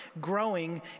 growing